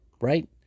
right